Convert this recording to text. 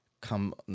Come